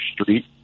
Street